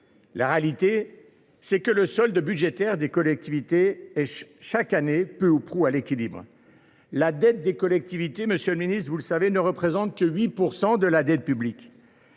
La réalité, c’est que le solde budgétaire des collectivités est chaque année peu ou prou à l’équilibre. Leur dette – vous le savez, monsieur le ministre – ne représente que 8 % de la dette publique.